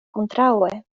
kontraŭe